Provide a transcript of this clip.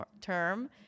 term